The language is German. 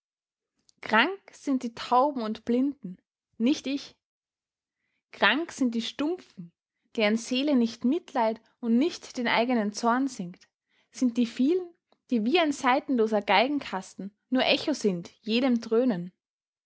krank sind die tauben und blinden nicht ich krank sind die stumpfen deren seele nicht mitleid und nicht den eigenen zorn singt sind die vielen die wie ein saitenloser geigenkasten nur echo sind jedem dröhnen